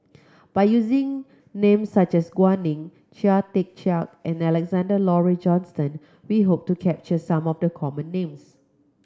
by using names such as GuanNing Chia Tee Chiak and Alexander Laurie Johnston we hope to capture some of the common names